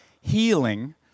healing